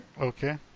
Okay